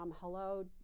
hello